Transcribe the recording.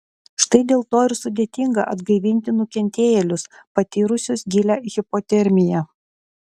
štai dėl to ir sudėtinga atgaivinti nukentėjėlius patyrusius gilią hipotermiją